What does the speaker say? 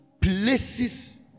places